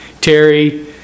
Terry